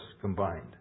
combined